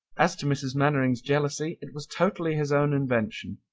as to mrs. mainwaring's jealousy it was totally his own invention,